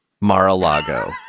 Mar-a-Lago